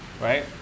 Right